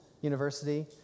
University